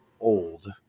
old